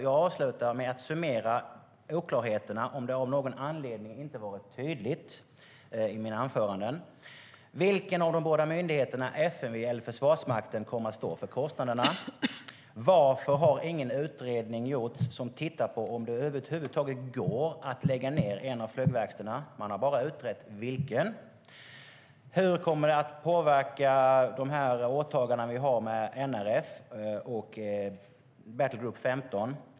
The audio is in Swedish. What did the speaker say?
Jag avslutar med att summera oklarheterna, om det av någon anledning inte framgått tydligt i mina anföranden. Vilken av de båda myndigheterna, FMV eller Försvarsmakten, kommer att stå för kostnaderna? Varför har ingen utredning gjorts som tittar på om det över huvud taget går att lägga ned en av flygverkstäderna? Man har bara utrett vilken det ska vara. Hur kommer det att påverka de åtaganden vi har när det gäller NRF och Battlegroup 15?